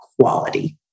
quality